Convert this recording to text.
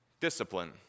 Discipline